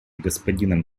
господином